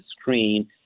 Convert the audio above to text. screen